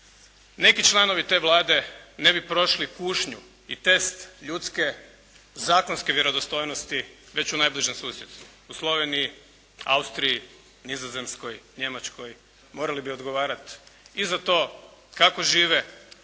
Neki članovi te Vlade ne bi prošli kušnju i test ljudske, zakonske vjerodostojnosti već u najbližem susjedstvu, u Sloveniji, Austriji, Nizozemskoj, Njemačkoj, morali bi odgovarati i za to kako žive,